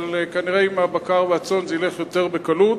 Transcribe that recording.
אבל כנראה עם הבקר ועם הצאן זה ילך יותר בקלות.